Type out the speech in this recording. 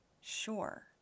Sure